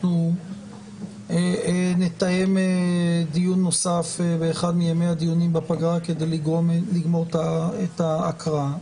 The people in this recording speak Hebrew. אנחנו נתאם דיון נוסף באחד מימי הדיונים בפגרה כדי לסיים את ההקראה,